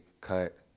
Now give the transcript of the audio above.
cut